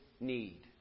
Need